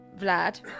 Vlad